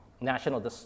national